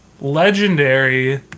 legendary